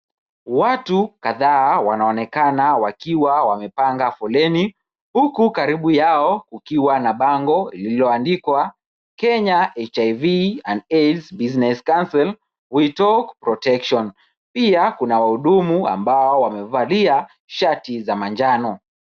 Watu kadhaa wanaonekana wakiwa wamepanga foleni, huku karibu yao kukiwa na bango lililoandikwa Kenya HIV and AIDS Business Council. We talk, protection . Pia kuna wahudumu ambao wamevalia shati za manjano.